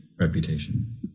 reputation